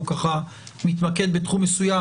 הוא ככה מתמקד בתחום מסוים,